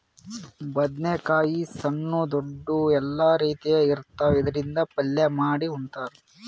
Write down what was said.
ಬದ್ನೇಕಾಯಿ ಸಣ್ಣು ದೊಡ್ದು ಎಲ್ಲಾ ರೀತಿ ಇರ್ತಾವ್, ಇದ್ರಿಂದ್ ಪಲ್ಯ ಮಾಡಿ ಉಣ್ತಾರ್